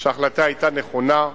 שההחלטה היתה נכונה.